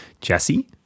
Jesse